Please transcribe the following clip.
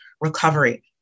recovery